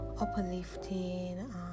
uplifting